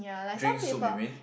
drink soup you mean